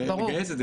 לגייס.